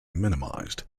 minimized